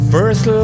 First